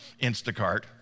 Instacart